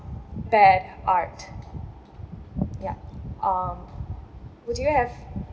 bad art ya um would you have